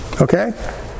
okay